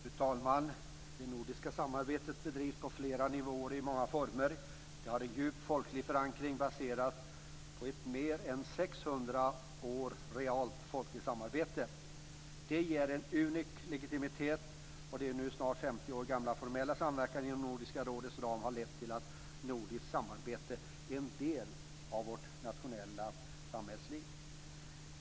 Fru talman! Det nordiska samarbetet bedrivs på flera nivåer och i många former. Det har en djup folklig förankring, baserad på mer än 600 år av realt folkligt samarbete. Detta ger en unik legitimitet. Den nu snart 50 år gamla formella samverkan inom Nordiska rådets ram har lett till att nordiskt samarbete är en del av vårt nationella samhällsliv.